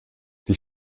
die